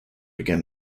again